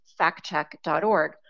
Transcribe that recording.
factcheck.org